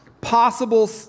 possible